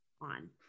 on